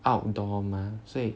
outdoor mah 所以